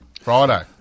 Friday